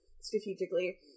strategically